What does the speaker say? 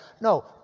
no